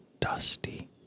dusty